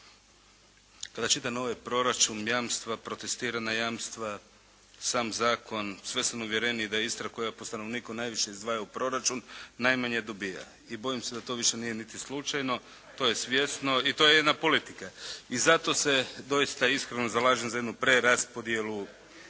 Kada čitam ovaj proračun jamstva, protestirana jamstva, sam zakon, sve sam uvjereniji da Istra koja po stanovniku najviše izdvaja u proračun najmanje dobija. I bojim se da to više nije niti slučajno. To je svjesno i to je jedna politika. I zato se doista i iskreno zalažem za jednu preraspodjelu